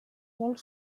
molt